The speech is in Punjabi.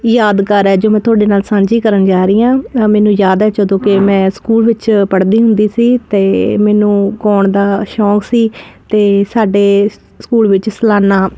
ਯਾਦਗਾਰ ਏ ਜੋ ਮੈਂ ਤੁਹਾਡੇ ਨਾਲ ਸਾਂਝੀ ਕਰਨ ਜਾ ਰਹੀ ਆਂ ਮੈਨੂੰ ਯਾਦ ਐ ਜਦੋਂ ਕਿ ਮੈਂ ਸਕੂਲ ਵਿੱਚ ਪੜ੍ਹਦੀ ਹੁੰਦੀ ਸੀ ਤੇ ਮੈਨੂੰ ਗਾਉਣ ਦਾ ਸ਼ੌਂਕ ਸੀ ਤੇ ਸਾਡੇ ਸਕੂਲ ਵਿੱਚ ਸਲਾਨਾ